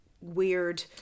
weird